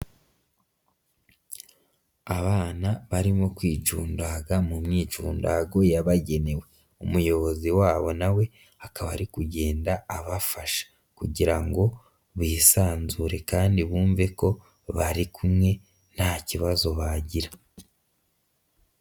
Abana barimo kwicundaga mu mwicundago yabagenewe, umuyobozi wabo nawe akaba ari kugenda abafasha kugira ngo bisanzure kandi bumve ko bari kumwe nta kibazo bagira.